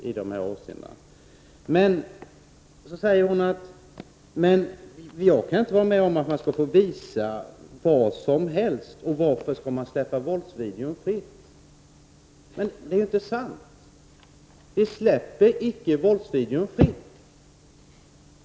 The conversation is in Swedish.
Men så säger hon att hon inte kan vara med om att man kan visa vad som helst och frågar varför vi skall släppa våldsskildringar fria. Men detta är ju inte sant. Vi släpper icke våldsvideon fri.